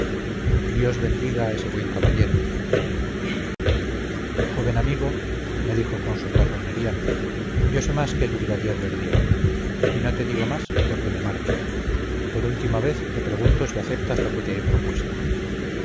dios bendiga a ese buen caballero joven amigo me dijo con socarronería yo sé más que el brigadier verdier y no te digo más porque me marcho por última vez te pregunto si aceptas lo que te he propuesto